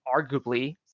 arguably